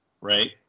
Right